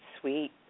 sweet